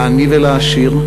לעני ולעשיר,